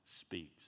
speaks